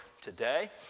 today